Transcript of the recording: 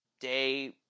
Day